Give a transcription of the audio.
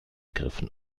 griffen